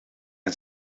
een